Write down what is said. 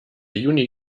juni